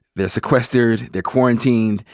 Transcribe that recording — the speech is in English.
they're sequestered. they're quarantined.